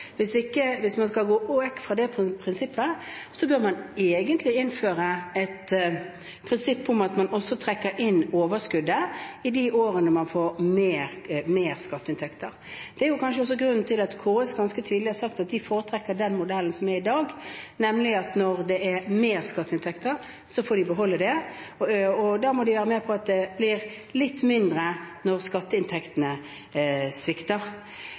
Hvis man skal gå vekk fra det prinsippet, bør man egentlig innføre et prinsipp om at man også trekker inn overskuddet i de årene man får mer skatteinntekter. Det er kanskje også grunnen til at KS ganske tydelig har sagt at de foretrekker den modellen som er i dag, nemlig at når det er mer skatteinntekter, får kommunene beholde det, men da må de være med på at det blir litt mindre når skatteinntektene svikter.